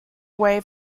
away